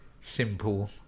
simple